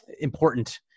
important